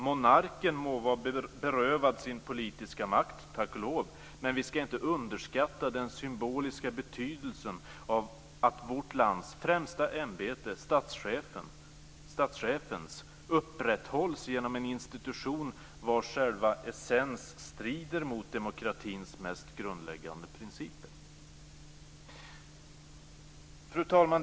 Monarken må vara berövad sin politiska makt, tack och lov, men vi ska inte underskatta den symboliska betydelsen av att vårt lands främsta ämbete, statschefens, upprätthålls genom en institution vars själva essens strider mot demokratins mest grundläggande principer. Fru talman!